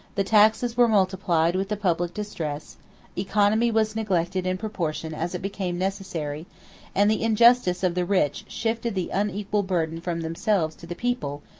the taxes were multiplied with the public distress economy was neglected in proportion as it became necessary and the injustice of the rich shifted the unequal burden from themselves to the people,